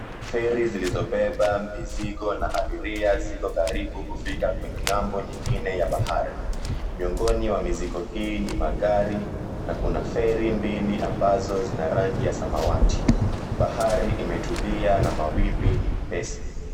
Feri zilizobeba mizigo na abiria ziko karibu kufika kwenye ng’ambo nyingine ya bahari. Miongoni wa mizigo hii ni magari na kuna feri mbili ambazo zina rangi ya samawati. Bahari imetulia na mawimbi ni mepesi.